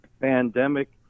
pandemic